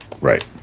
right